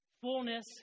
Fullness